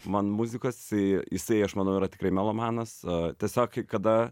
man muzikos jisai jisai aš manau yra tikrai melomanas tiesiog kada